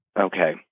Okay